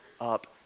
up